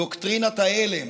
דוקטרינת ההלם.